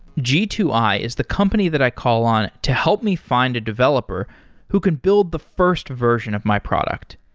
g two i is the company that i call on to help me find a developer who can build the first version of my product.